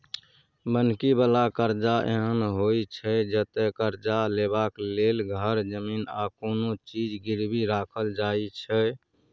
बन्हकी बला करजा एहन होइ छै जतय करजा लेबाक लेल घर, जमीन आ कोनो चीज गिरबी राखल जाइ छै